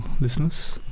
listeners